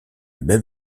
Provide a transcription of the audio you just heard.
même